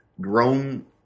grown